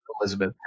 Elizabeth